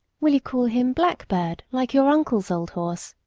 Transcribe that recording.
will you call him blackbird, like your uncle's old horse?